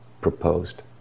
proposed